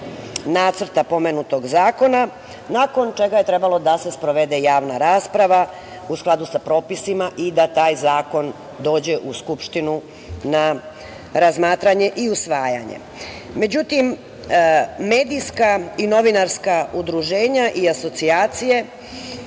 nacrta pomenutog zakona nakon čega je trebalo da se sprovede javna rasprava u skladu sa propisima i da taj zakon dođe u Skupštinu na razmatranje i usvajanje.Međutim, medijska i novinarska udruženja i asocijacije